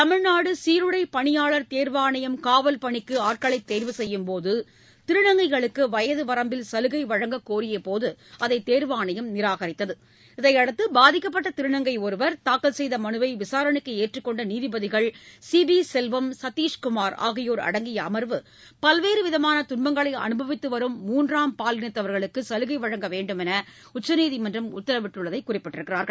தமிழ்நாடு சீருடை பணியாளர் தேர்வாணையம் காவல் பணிக்கு ஆட்களை தேர்வு செய்யும்போது திருநங்கைகளுக்கு வயது வரம்பில் சலுகை வழங்கக்கோரியபோது அதை தேர்வாணையம் நிராகரித்தது இதையடுத்து பாதிக்கப்பட்ட திருநங்கை ஒருவர் தாக்கல் செய்த மனுவை விசாரணைக்கு ஏற்றுக்கொண்ட நீதிபதிகள் சி பி செல்வம் சதீஷ்குமார் ஆகியோர் அடங்கிய அமர்வு பல்வேறு விதமான துன்பங்களை அனுபவித்து வரும் மூன்றாம் பாலினத்தவர்களுக்கு சலுகை வழங்க வேண்டுமென உச்சநீதிமன்றம் உத்தரவிட்டுள்ளதை குறிப்பிட்டனர்